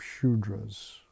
shudras